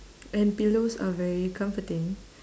and pillows are very comforting